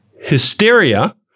hysteria